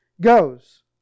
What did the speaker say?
goes